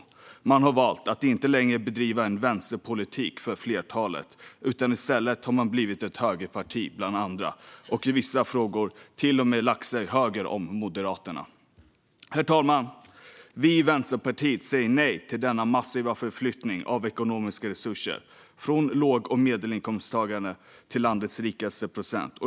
Man har valt att inte längre bedriva en vänsterpolitik för flertalet. I stället har man blivit ett högerparti bland andra och i vissa frågor till och med lagt sig höger om Moderaterna. Herr talman! Vi i Vänsterpartiet säger nej till denna massiva förflyttning av ekonomiska resurser från låg och medelinkomsttagare till landets rikaste procent.